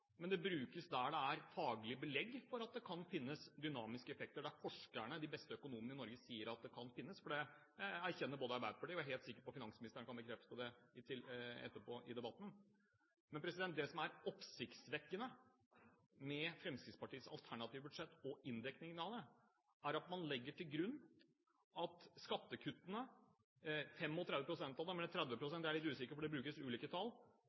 Men det brukes der det er faglig belegg for at det kan finnes dynamiske effekter, der forskerne, de beste økonomene sier at det kan finnes. Det erkjenner Arbeiderpartiet, og jeg er helt sikker på at finansministeren kan bekrefte det etterpå i debatten. Men det som er oppsiktsvekkende med Fremskrittspartiets alternative budsjett og inndekningen av det, er at man legger til grunn at skattekuttene på 30 pst. eller 35 pst. – jeg er litt usikker, for det brukes ulike tall